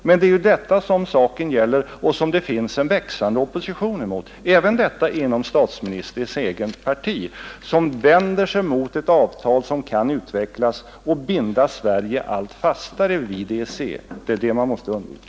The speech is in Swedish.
Men det är ju detta som saken gäller och som det finns en växande opinion mot, även inom statsministerns eget parti; man vänder sig mot ett avtal som kan utvecklas och binda Sverige allt fastare vid EEC. Det är det man måste förhindra.